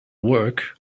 work